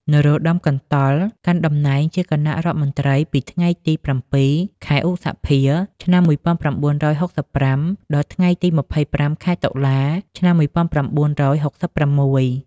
នរោត្តម កន្តុល កាន់តំណែងជាគណៈរដ្ឋមន្ត្រីពីថ្ងៃទី ៧ ខែឧសភា ឆ្នាំ១៩៦៥ ដល់ថ្ងៃទី ២៥ ខែតុលា ឆ្នាំ១៩៦៦។